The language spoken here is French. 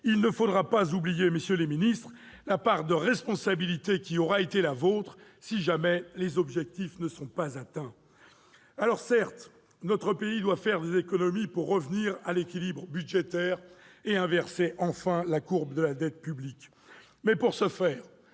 il ne faudra pas oublier, monsieur le ministre, monsieur le secrétaire d'État, la part de responsabilité qui aura été la vôtre, si jamais les objectifs ne sont pas atteints. Certes, notre pays doit réaliser des économies pour revenir à l'équilibre budgétaire et inverser enfin la courbe de la dette publique. Mais, pour ce faire,